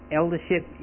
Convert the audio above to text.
eldership